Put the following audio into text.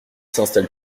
s’installe